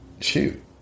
shoot